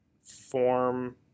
form